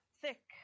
thick